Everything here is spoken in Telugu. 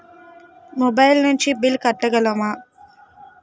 మొబైల్ నుంచి బిల్ కట్టగలమ?